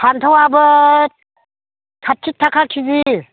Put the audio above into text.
फानथावआबो साथ्थि थाखा खेजि